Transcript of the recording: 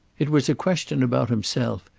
it was a question about himself,